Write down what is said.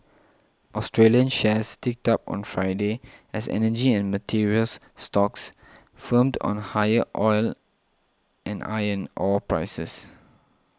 Australian shares ticked up on Friday as energy and materials stocks firmed on higher oil and iron ore prices